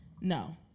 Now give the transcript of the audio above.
No